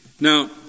Now